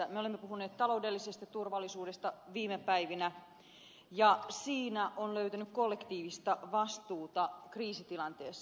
me olemme puhuneet taloudellisesta turvallisuudesta viime päivinä ja siinä on löytynyt kollektiivista vastuuta kriisitilanteessa